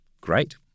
Great